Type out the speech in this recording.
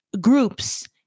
groups